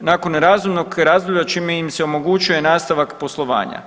nakon razumnog razdoblja čime im se omogućuje nastavak poslovanja.